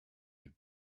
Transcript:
had